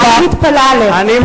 אני מתפלאת עליך.